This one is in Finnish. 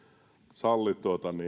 salli